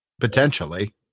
potentially